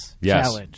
Yes